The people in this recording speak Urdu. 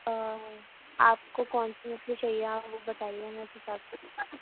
آپ کو کون سی مچھلی چاہیے آپ وہ بتائیے مجھے ہمیں اُس حساب سے